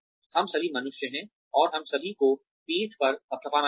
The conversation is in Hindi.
हम सभी मनुष्य हैं और हम सभी को पीठ पर थपथपाना चाहिए